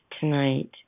tonight